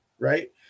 Right